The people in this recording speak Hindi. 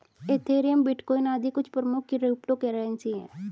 एथेरियम, बिटकॉइन आदि कुछ प्रमुख क्रिप्टो करेंसी है